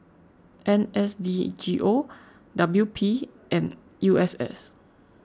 N S D G O W P and U S S